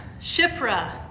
Shipra